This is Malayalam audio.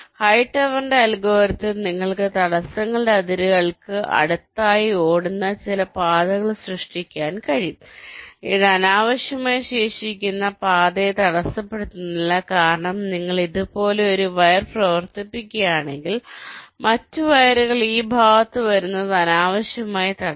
അതിനാൽ ഹൈടവറിന്റെ അൽഗോരിതത്തിൽ നിങ്ങൾക്ക് തടസ്സങ്ങളുടെ അതിരുകൾക്ക് അടുത്തായി ഓടുന്ന ചില പാതകൾ സൃഷ്ടിക്കാൻ കഴിയും അത് അനാവശ്യമായി ശേഷിക്കുന്ന പാതയെ തടസ്സപ്പെടുത്തില്ല കാരണം നിങ്ങൾ ഇതുപോലെ ഒരു വയർ പ്രവർത്തിപ്പിക്കുകയാണെങ്കിൽ മറ്റ് വയറുകൾ ഈ ഭാഗത്ത് വരുന്നത് അനാവശ്യമായി തടയും